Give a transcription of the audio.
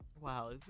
Wow